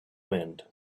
wind